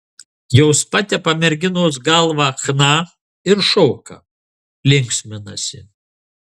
jos patepa merginos galvą chna ir šoka linksminasi